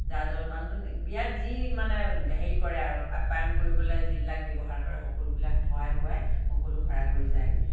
জা জলপান বিয়াত যি মানে হেৰি কৰে আৰু আপায়্যান কৰিবলৈ যিবিলাক ব্যৱহাৰ কৰে সকলোবিলাক খুৱাই বোৱাই সকলো ঘৰা ঘৰি যায়গৈ